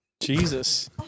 Jesus